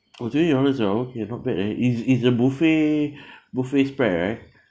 oh twenty dollars ah okay not bad eh it's it's a buffet buffet spread right